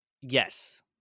Yes